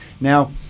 Now